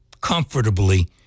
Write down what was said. comfortably